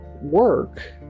work